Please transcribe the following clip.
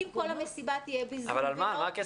אבל על מה?